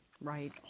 Right